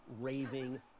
Raving